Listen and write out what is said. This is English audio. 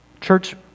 Church